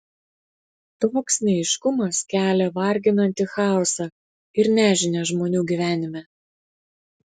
toks neaiškumas kelia varginantį chaosą ir nežinią žmonių gyvenime